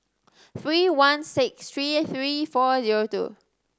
three one six three three four zero two